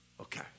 Okay